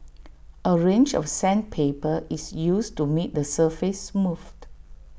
A range of sandpaper is used to make the surface smooth